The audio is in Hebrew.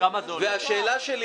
והשאלה שלי